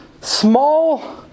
small